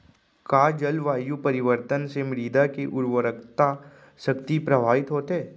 का जलवायु परिवर्तन से मृदा के उर्वरकता शक्ति प्रभावित होथे?